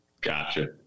Gotcha